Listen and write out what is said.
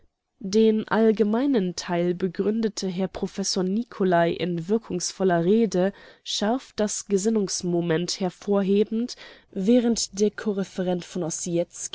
den allgemeinen teil begründete herr prof nicolai in wirkungsvoller rede scharf das gesinnungsmoment hervorhebend während der